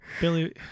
billy